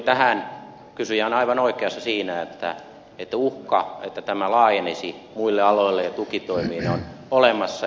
kysyjä on aivan oikeassa siinä että uhka että tämä laajenisi muille aloille ja tukitoimiin on olemassa